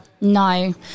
no